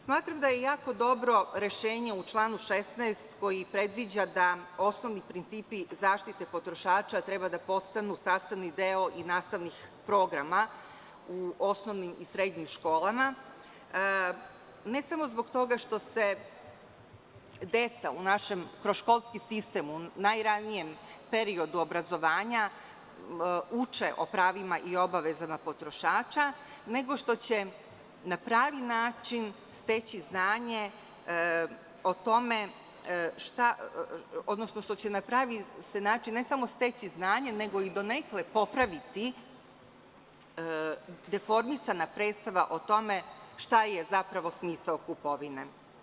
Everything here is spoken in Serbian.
Smatram da je jako dobro rešenje u članu 16. koje predviđa da osnovni principi zaštite potrošača treba da postanu sastavni deo i nastavnih programa u osnovnim i srednjim školama, ne samo zbog toga što se deca kroz naš školski sistem, u najranijem periodu obrazovanja uče o pravima i obavezama potrošača, nego što će na pravi način steći znanje o tome i donekle popraviti deformisanu predstavu o tome šta je zapravo smisao kupovine.